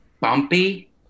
Bumpy